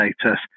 status